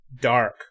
dark